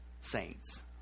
saints